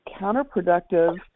counterproductive